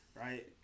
Right